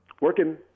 working